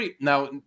Now